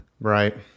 right